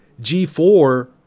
G4